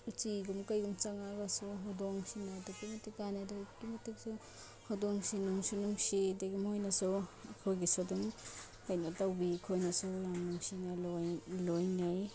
ꯎꯆꯤꯒꯨꯝꯕ ꯀꯔꯤꯒꯨꯝꯕ ꯆꯪꯉꯒꯁꯨ ꯍꯧꯗꯣꯡꯁꯤꯅ ꯑꯗꯨꯛꯀꯤ ꯃꯇꯤꯛ ꯀꯥꯟꯅꯩ ꯑꯗꯨꯛꯀꯤ ꯃꯇꯤꯛꯁꯨ ꯍꯧꯗꯣꯡꯁꯤ ꯅꯨꯡꯁꯨ ꯅꯨꯡꯁꯤ ꯑꯗꯒꯤ ꯃꯈꯣꯏꯅꯁꯨ ꯑꯩꯈꯣꯏꯒꯤꯁꯨ ꯑꯗꯨꯝ ꯀꯩꯅꯣ ꯇꯧꯕꯤ ꯑꯩꯈꯣꯏꯅꯁꯨ ꯌꯥꯝꯅ ꯅꯨꯡꯁꯤꯅ ꯂꯣꯏꯅꯩ